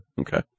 Okay